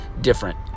different